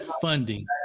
funding